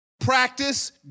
practice